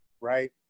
right